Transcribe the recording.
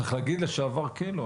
צריך להגיד לשעבר כיל?